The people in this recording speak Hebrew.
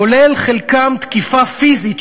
כולל חלקם תקיפה פיזית,